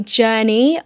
journey